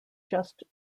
just